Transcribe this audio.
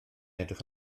edrych